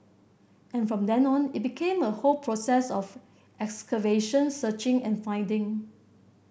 and from then on it became a whole process of excavation searching and finding